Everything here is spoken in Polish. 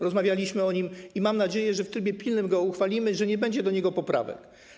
Rozmawialiśmy o nim i mam nadzieję, że w trybie pilnym go uchwalimy, że nie będzie do niego poprawek.